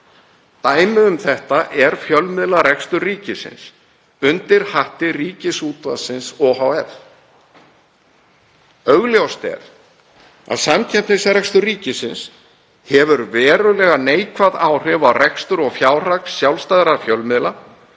Dæmi um þetta er fjölmiðlarekstur ríkisins undir hatti Ríkisútvarpsins ohf. Augljóst er að samkeppnisrekstur ríkisins hefur verulega neikvæð áhrif á rekstur og fjárhag sjálfstæðra fjölmiðla